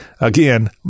again